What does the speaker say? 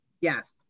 Yes